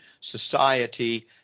society